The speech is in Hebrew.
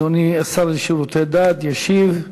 אדוני השר לשירותי דת ישיב.